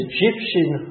Egyptian